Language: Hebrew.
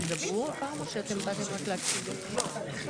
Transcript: אנחנו רק נבקש לציין שאנחנו נבקש לקיים שיח